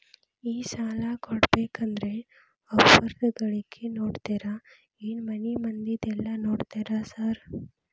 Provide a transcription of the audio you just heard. ಈ ಸಾಲ ಕೊಡ್ಬೇಕಂದ್ರೆ ಒಬ್ರದ ಗಳಿಕೆ ನೋಡ್ತೇರಾ ಏನ್ ಮನೆ ಮಂದಿದೆಲ್ಲ ನೋಡ್ತೇರಾ ಸಾರ್?